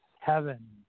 heaven